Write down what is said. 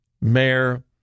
mayor